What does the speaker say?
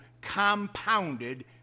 compounded